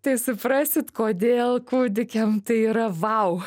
tai suprasit kodėl kūdikiam tai yra vau